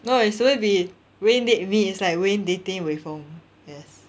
no it's supposed to be wayne date me is like wayne dating wei feng yes